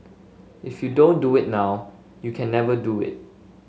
if you don't do it now you can never do it